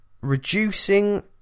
reducing